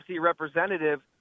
representative